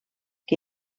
que